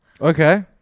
Okay